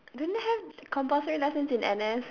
don't they have compulsory lessons in N_S